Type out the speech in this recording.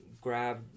grab